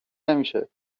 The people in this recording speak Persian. نمیشه